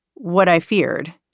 what i feared.